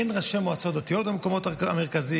אין ראשי מועצות דתיות במקומות המרכזיים,